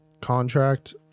contract